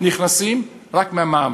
נכנסים רק מהמע"מ.